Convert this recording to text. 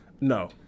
No